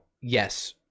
yes